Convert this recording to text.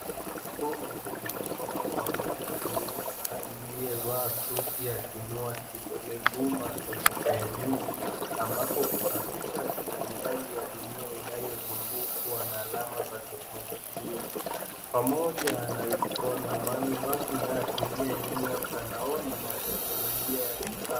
Huu ni mkono wa mtu aliyevaa suti akiinua kidole gumba kuelekea juu, ambapo picha ya kidijitali ya dunia inayozungukwa na alama za teknolojia pamoja na ikona mbalimbali inaashiria mtandaoni na teknolojia ya kisasa.